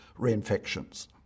reinfections